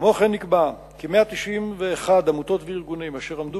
כמו כן, נקבע כי 191 עמותות וארגונים אשר עמדו